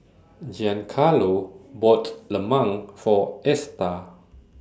Giancarlo bought Lemang For Esta